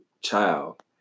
child